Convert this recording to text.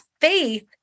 faith